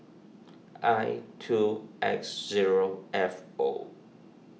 I two X zero F O